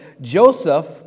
Joseph